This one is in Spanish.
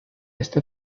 este